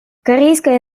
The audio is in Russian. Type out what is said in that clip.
корейская